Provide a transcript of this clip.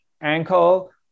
ankle